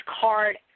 card